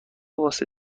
واسه